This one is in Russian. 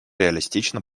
реалистично